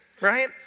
right